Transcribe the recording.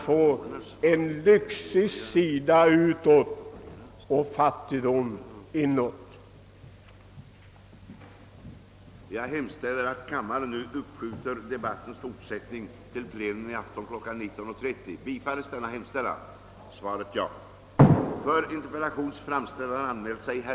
19.30, då enligt utfärdat anslag detta plenum komme att fortsättas.